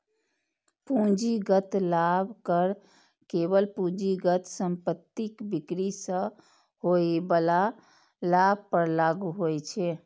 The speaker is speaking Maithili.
पूंजीगत लाभ कर केवल पूंजीगत संपत्तिक बिक्री सं होइ बला लाभ पर लागू होइ छै